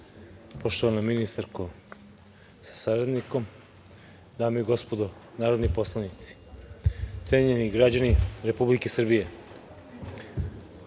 ministarko sa saradnikom, dame i gospodo narodni poslanici, cenjeni građani Republike Srbije,